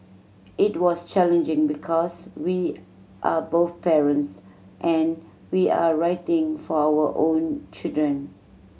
it was challenging because we are both parents and we are writing for our own children